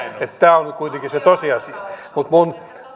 tämä on nyt kuitenkin se tosiasia mutta minun